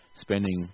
spending